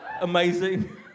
amazing